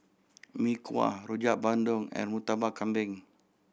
Mee Kuah Rojak Bandung and Murtabak Kambing